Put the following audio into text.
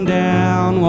down